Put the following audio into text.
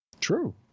True